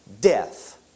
death